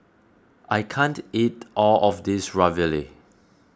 I can't eat all of this Ravioli